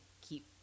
keep